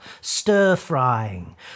stir-frying